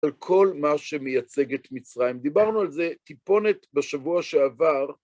על כל מה שמייצג את מצרים. דיברנו על זה טיפונת בשבוע שעבר.